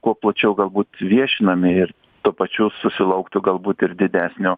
kuo plačiau galbūt viešinami ir tuo pačiu susilauktų galbūt ir didesnio